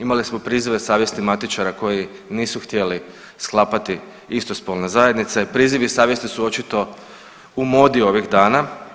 Imali smo prizive savjesti matičara koji nisu htjeli sklapati istospolne zajednice, prizivi savjesti su očito u modi ovih dana.